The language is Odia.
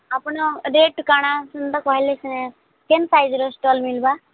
ଆପଣ ରେଟ୍ କ'ଣ କେମିତି କହିଲେ ସେ କ'ଣ ସାଇଜ୍ର ଷ୍ଟଲ୍ ମିଳିବ